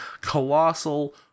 colossal